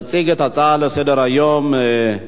הצעה לסדר-היום מס'